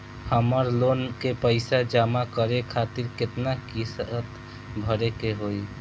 हमर लोन के पइसा जमा करे खातिर केतना किस्त भरे के होई?